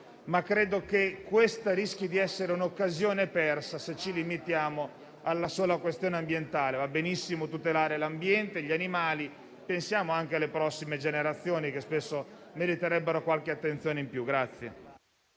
ma credo che questa rischi di essere un'occasione persa se ci limitiamo alla sola questione ambientale. Va benissimo tutelare l'ambiente e gli animali, ma pensiamo anche alle prossime generazioni, che spesso meriterebbero qualche attenzione in più.